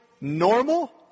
normal